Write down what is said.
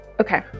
Okay